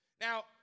Now